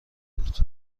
بود